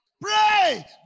Pray